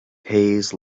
pays